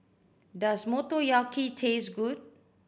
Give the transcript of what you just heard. does Motoyaki taste good